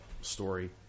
story